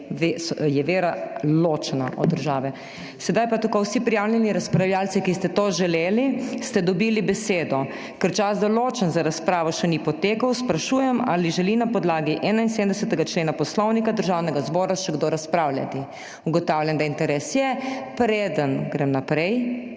je vera ločena od države. Sedaj pa tako. Vsi prijavljeni razpravljavci, ki ste to želeli, ste dobili besedo. Ker čas za ločen za razpravo še ni potekel sprašujem, ali želi na podlagi 71. člena Poslovnika Državnega zbora še kdo razpravljati? Ugotavljam, da interes je. Preden grem naprej...